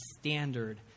standard